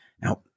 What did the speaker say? Now